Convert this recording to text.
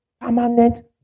permanent